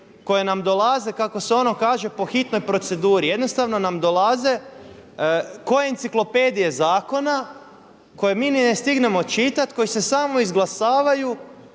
koje nam dolaze, kako se ono kaže po hitnoj proceduri, jednostavno nam dolaze ko enciklopedije zakona koje mi ni ne stignemo čitati, koji se samo izglasavaju